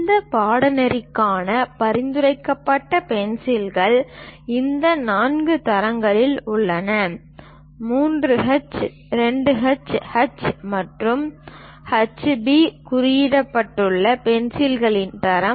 இந்த பாடநெறிக்கான பரிந்துரைக்கப்பட்ட பென்சில்கள் இந்த நான்கு தரங்களாக உள்ளன 3H 2H H மற்றும் HB குறிப்பிடப்பட்டுள்ள பென்சிலின் தரம்